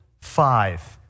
five